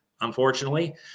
unfortunately